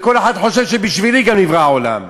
וכל אחד חושב: בשבילי גם נברא העולם.